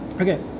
okay